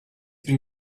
been